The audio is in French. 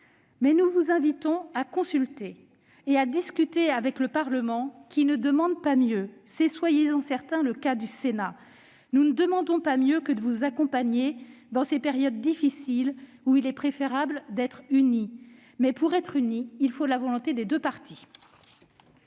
nous vous invitons à consulter le Parlement et à discuter avec lui, car il ne demande pas mieux. C'est, soyez-en certaine, le cas du Sénat : nous ne demandons pas mieux que de vous accompagner dans ces périodes difficiles où il est préférable d'être unis. Mais, pour être unis, il faut la volonté des deux parties.